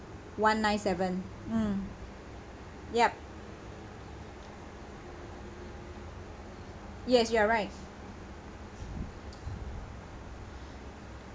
one nine seven mm yup yes you are right